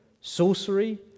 sorcery